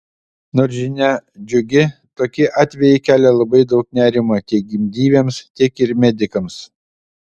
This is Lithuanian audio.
nors žinia džiugi tokie atvejai kelia labai daug nerimo tiek gimdyvėms tiek ir medikams